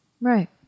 Right